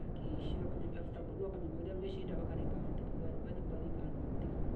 Vakeishi waka metafuta barua wakamekolia leshinda wakani kavo tiki uvali vali vali bali kandwa mtiki